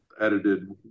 edited